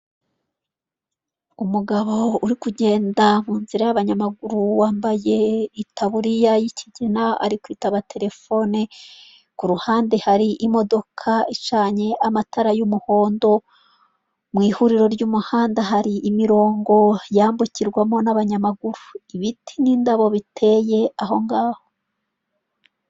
Umugabo uri kugenda mu nzira y'abanyamaguru, wambaye itaburiya y'ikigina, ari kwitaba telefone. Ku ruhande hari imodoka icanye amatara y'umuhondo. Mu ihuriro ry'umuhanda hari imirongo yambukirwamo n'abanyamaguru. Ibiti n'indabo biteye ahongaho.